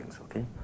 okay